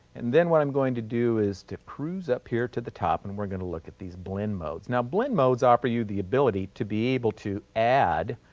and then what i'm going to do is to cruise up here to the top and we're going to look at these blend modes. now, blend modes offer you the ability to be able to add